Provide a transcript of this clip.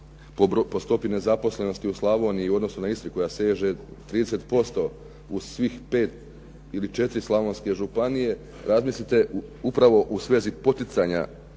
po stopi nezaposlenosti u Slavoniji u odnosu na Istru koja seže 30% u svih 5 ili 4 slavonske županije, razmislite upravo u svezi poticanja